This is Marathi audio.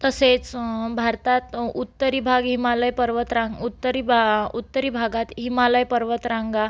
तसेच भारतात उत्तरी भाग हिमालय पर्वतरांग उत्तरी भा उत्तरी भागात हिमालय पर्वतरांगा